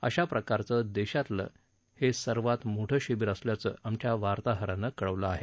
अशाप्रकारचं देशातलं हे सर्वात मोठं शिबीर असल्याचं आमच्या वार्ताहरानं कळवलं आहे